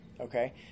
okay